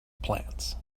plants